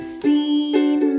seen